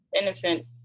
innocent